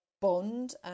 bond